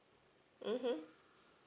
mmhmm